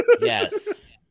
Yes